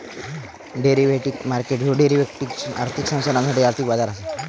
derivative market ह्यो derivatives, आर्थिक साधनांसाठी आर्थिक बाजार असा